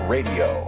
Radio